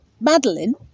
Madeline